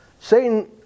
Satan